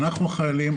אנחנו החיילים,